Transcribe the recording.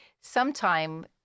sometime